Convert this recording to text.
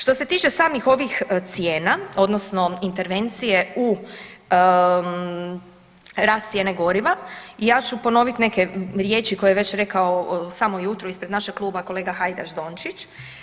Što se tiče samih ovih cijena odnosno intervencije u rast cijene goriva, ja ću ponoviti neke riječi koje je već rekao u samo jutro ispred našeg kluba kolega Hajdaš Dončić.